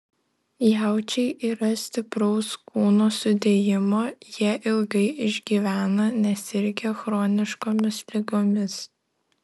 jaučiai yra stipraus kūno sudėjimo jie ilgai išgyvena nesirgę chroniškomis ligomis